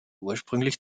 ursprünglich